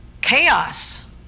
chaos